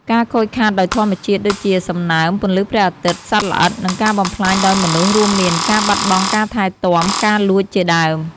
ការខូចខាតដោយធម្មជាតិ ដូចជា សំណើម ពន្លឺព្រះអាទិត្យ សត្វល្អិត និងការបំផ្លាញដោយមនុស្ស រួមមាន ការបាត់បង់ការថែទាំ ការលួច ជាដើម។